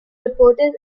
reported